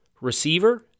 receiver